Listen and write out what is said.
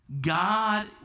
God